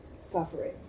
suffering